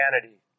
humanity